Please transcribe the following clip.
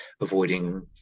avoiding